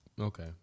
Okay